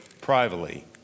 privately